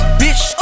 bitch